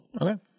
okay